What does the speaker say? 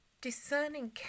discerning